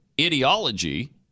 ideology